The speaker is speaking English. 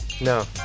No